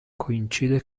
coincide